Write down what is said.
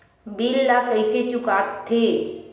bill ला कइसे चुका थे